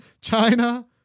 China